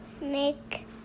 Make